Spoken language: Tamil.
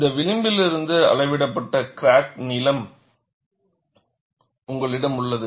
இந்த விளிம்பிலிருந்து அளவிடப்பட்ட கிராக் நீளம் உங்களிடம் உள்ளது